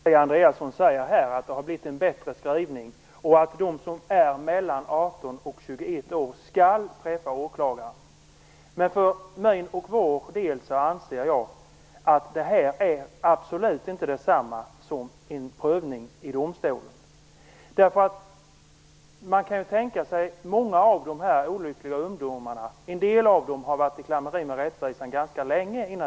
Fru talman! Det är alldeles rätt som Kia Andreasson säger. Det har blivit en bättre skrivning. De som är mellan 18 och 21 år skall träffa åklagaren. Men för vår del anser vi att det absolut inte är det samma som en prövning i domstolen. Man kan tänka sig att en del av dessa olyckliga ungdomar har varit i klammeri med rättvisan ganska länge.